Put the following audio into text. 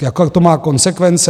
Jaké to má konsekvence?